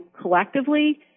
collectively